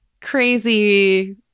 crazy